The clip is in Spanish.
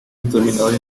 determinado